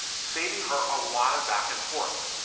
saving her a lot of back-and-forth.